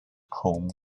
home